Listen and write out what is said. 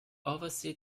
oversee